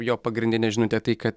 jo pagrindinė žinutė tai kad